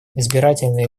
избирательные